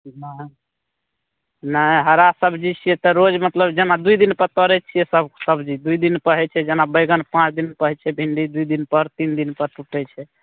नहि नहि हरा सबजी छियै तऽ रोज मतलब जेना दूइ दिन पर तोड़ैत छियै सब सबजी दूइ दिन पर हय छै जेना बैगन पाँच दिन पर हय छै भिण्डी दूइ दिन पर तीन दिन पर टुटैत छै